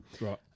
Right